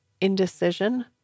indecision